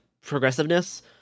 progressiveness